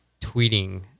tweeting